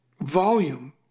volume